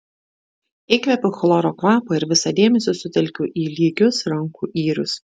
įkvepiu chloro kvapo ir visą dėmesį sutelkiu į lygius rankų yrius